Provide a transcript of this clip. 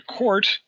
court